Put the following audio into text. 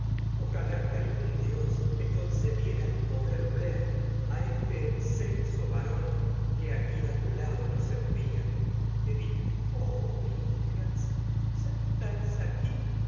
ojalá que algún dios excelso concediera el poder ver a este varón que aquí a tu lado nos envía edipo oh hijas ya estáis aquí